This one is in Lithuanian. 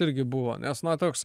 irgi buvo nes na toks